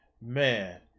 man